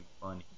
funny